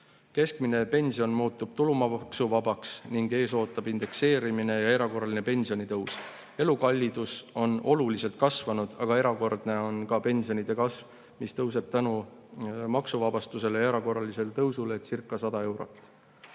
Keskmine pension muutub tulumaksuvabaks ning ees ootab indekseerimine ja erakorraline pensionitõus. Elukallidus on oluliselt kasvanud, aga erakordne on ka pensionikasv: see tõuseb tänu maksuvabastusele ja erakorralisele tõusulecirca100 eurot.